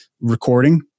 recording